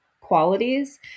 qualities